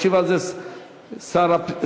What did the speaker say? וישיב על זה שר הפנים,